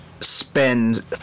spend